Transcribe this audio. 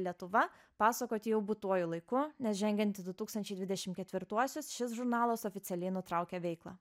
lietuva pasakoti jau būtuoju laiku nes žengiantis du tūkstančiai dvidešim ketvirtuosius šis žurnalas oficialiai nutraukė veiklą